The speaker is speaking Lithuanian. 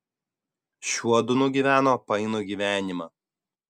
šiuodu nugyveno painų gyvenimą